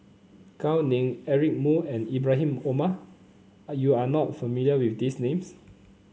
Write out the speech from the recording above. Gao Ning Eric Moo and Ibrahim Omar are you are not familiar with these names